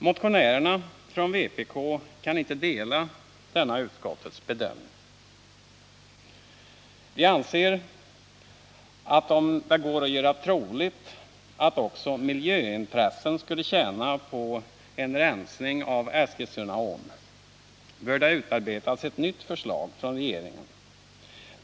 Motionärerna från vpk kan inte dela denna utskottets bedömning. Vi anser att om det går att göra troligt att också miljöintressena skulle tj äna på en rensning av Eskilstunaån, bör det utarbetas ett nytt förslag från regeringen.